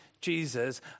Jesus